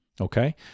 Okay